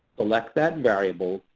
select that variable.